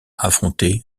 affronter